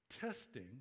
testing